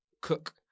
cook